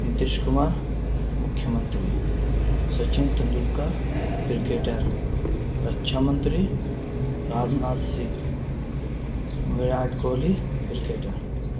نتیش کمار مکھییہ منتری سچن تندولکر کرکیٹر رکشا منتری راجناتھ سنگھ وراٹ کوہلی کرکٹر